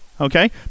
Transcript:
okay